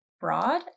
broad